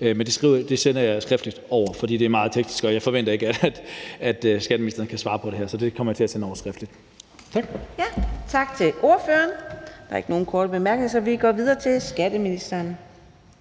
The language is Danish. Men det sender jeg skriftligt over, for det er meget teknisk, og jeg forventer ikke, at skatteministeren kan svare på det her. Så det kommer jeg til at sende over skriftligt. Tak. Kl. 15:07 Fjerde næstformand (Karina Adsbøl): Tak til hr. Lars Boje Mathiesen. Der er ikke nogen korte bemærkninger, så vi går videre til skatteministeren.